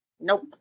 Nope